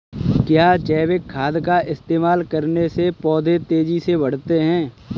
क्या जैविक खाद का इस्तेमाल करने से पौधे तेजी से बढ़ते हैं?